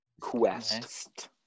Quest